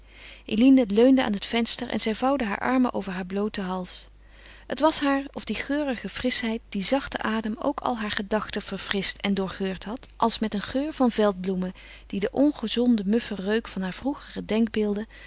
eline leunde aan het venster en zij vouwde haar armen over haar blooten hals het was haar of die geurige frischheid die zachte adem ook al haar gedachten verfrischt en doorgeurd had als met een geur van veldbloemen die den ongezonden muffen reuk van haar vroegere denkbeelden